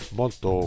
molto